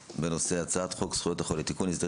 בנושא: הצעת חוק זכויות החולה (תיקון מס'